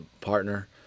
partner